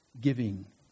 giving